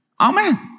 Amen